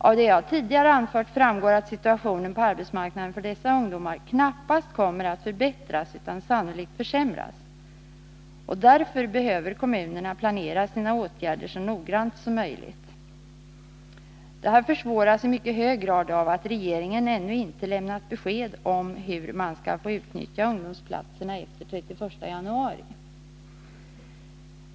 Av det jag tidigare anfört framgår att situationen på arbetsmarknaden för dessa ungdomar knappast kommer att förbättras utan sannolikt försämras. Därför behöver kommunerna planera sina åtgärder så noggrant som möjligt. Detta försvåras i mycket hög grad av att regeringen ännu inte lämnat besked om hur man skall få utnyttja ungdomsplatserna efter den 31 maj.